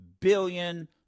billion